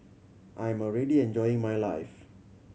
I'm already enjoying my life